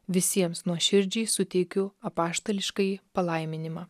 visiems nuoširdžiai suteikiu apaštališkąjį palaiminimą